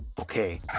Okay